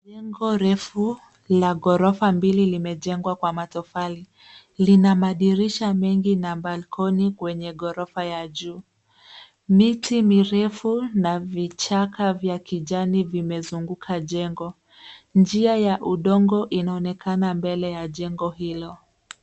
Jengo refu la ghorofa mbili limejengwa kwa matofali. Lina madirisha mengi na balcony kwenye ghorofa ya juu. Miti mirefu na vichaka vya kijani vimezunguka jengo. Njia ya udongo inaonekana mbele ya jengo hilo.